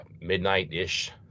midnight-ish